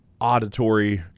auditory